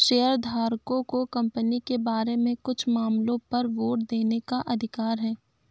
शेयरधारकों को कंपनी के बारे में कुछ मामलों पर वोट देने का अधिकार है